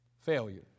Failure